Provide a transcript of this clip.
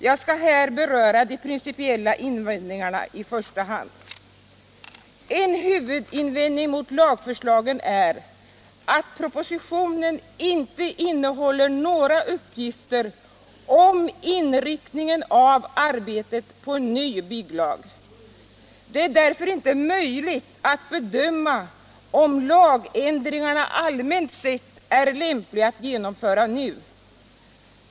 Jag skall här framför allt beröra de principiella invändningarna. En huvudinvändning mot lagförslagen är att propositionen inte innehåller några uppgifter om inriktningen av arbetet på en ny bygglag. Det är därför inte möjligt att bedöma om lagändringarna allmänt sett är lämpliga att genomföra nu.